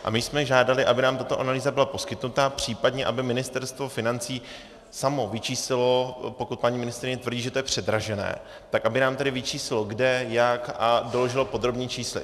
A my jsme žádali, aby nám tato analýza byla poskytnuta, případně aby Ministerstvo financí samo vyčíslilo, pokud paní ministryně tvrdí, že to je předražené, tak aby nám tedy vyčíslilo, kde a jak a doložilo v podrobných číslech.